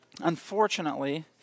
unfortunately